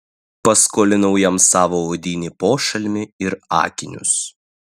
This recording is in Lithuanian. paskolinau jam savo odinį pošalmį ir akinius